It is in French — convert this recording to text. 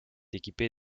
équipé